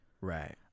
right